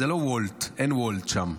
זה לא וולט, אין וולט שם,